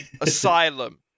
asylum